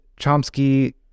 Chomsky